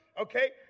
okay